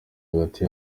hagati